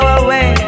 away